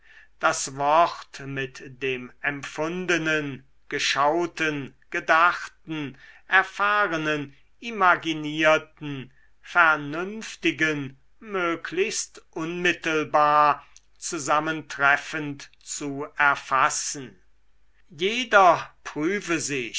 das wort mit dem empfundenen geschauten gedachten erfahrenen imaginierten vernünftigen möglichst unmittelbar zusammentreffend zu erfassen jeder prüfe sich